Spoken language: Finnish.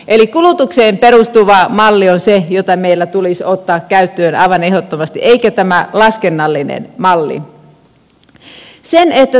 eli kulutukseen perustuva malli on se joka meillä tulisi ottaa käyttöön aivan ehdottomasti eikä tämä laskennallinen malli